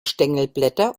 stängelblätter